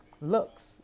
looks